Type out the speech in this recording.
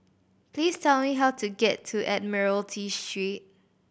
please tell me how to get to Admiralty Street